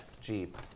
Jeep